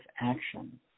action